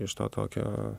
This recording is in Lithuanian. iš to tokio